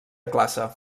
classe